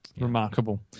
Remarkable